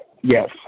Yes